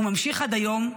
הוא ממשיך עד היום,